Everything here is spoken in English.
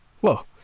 Whoa